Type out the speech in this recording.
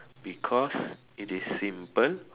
because it is simple